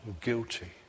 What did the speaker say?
guilty